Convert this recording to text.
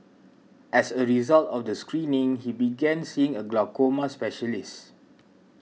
as a result of the screening he began seeing a glaucoma specialist